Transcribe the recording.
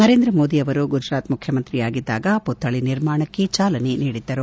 ನರೇಂದ್ರ ಮೋದಿ ಅವರು ಗುಜರಾತ್ ಮುಖ್ಯಮಂತ್ರಿಯಾಗಿದಾಗ ಮತ್ಹಳಿ ನಿರ್ಮಾಣಕ್ಕೆ ಚಾಲನೆ ನೀಡಿದ್ದರು